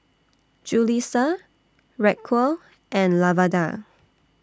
Julisa Racquel and Lavada